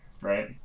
right